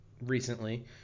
recently